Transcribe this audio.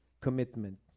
commitment